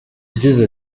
yagize